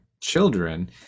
children